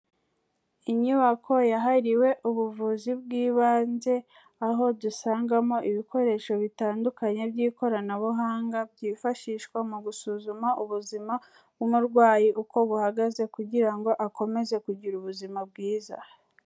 Inyubako yahariwe ubuvuzi bw'ibanze, aho dusangamo ibikoresho bitandukanye by'ikoranabuhanga byifashishwa mu gusuzuma ubuzima bw'umurwayi uko buhagaze kugira ngo akomeze kugira ubuzima bwiza.